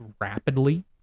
rapidly